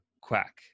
quack